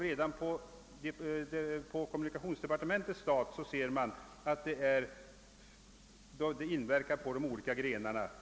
Redan på kommunikationsdepartementets stat ser man hur indragningarna inverkar på de olika grenarna.